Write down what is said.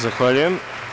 Zahvaljujem.